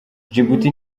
djibouti